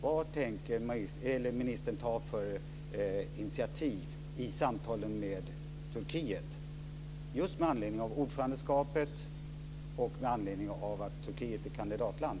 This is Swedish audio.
Vad tänker ministern ta för initiativ i samtalen med Turkiet, just med anledning av ordförandeskapet och med anledning av att Turkiet är kandidatland?